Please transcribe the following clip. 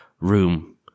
room